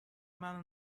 منو